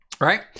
right